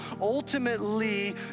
ultimately